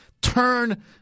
turn